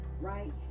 right